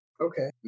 Okay